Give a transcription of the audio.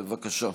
בבקשה.